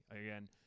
Again